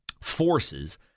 forces